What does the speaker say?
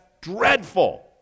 dreadful